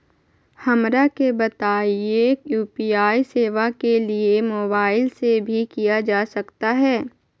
हमरा के बताइए यू.पी.आई सेवा के लिए मोबाइल से भी किया जा सकता है?